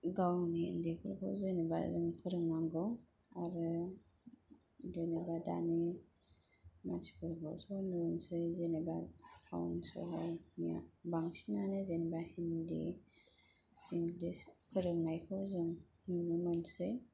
गावनि उन्दैफोरखौ जों फोरोंनांगौ आरो जेनेबा दानि मानसिफोरखौ नुनो मोनोसै टाउन सहरनिया बांसिनानो जेनेबा हिन्दी इंलिस फोरोंनायखौ जों नुनो मोनोसै